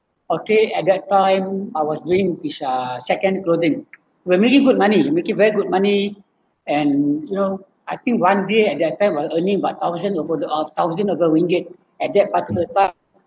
okay at that time I was doing this uh secondhand clothing where really good money make it very good money and you know I think one day at that time was earning about thousand or further up thousand over ringgit at that particular time